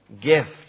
gift